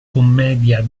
commedia